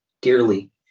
dearly